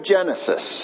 Genesis